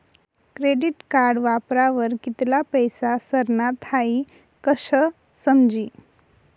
credit card वापरावर कित्ला पैसा सरनात हाई कशं समजी